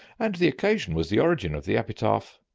and the occasion was the origin of the epitaph,